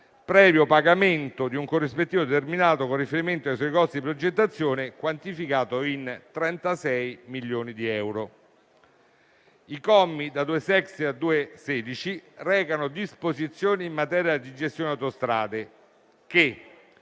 previo pagamento di un corrispettivo determinato con riferimento ai soli costi di progettazione e quantificato in 36 milioni di euro. I commi da 2-*sexies* a 2- *sexiesdecies* recano disposizioni in materia di gestione delle autostrade che,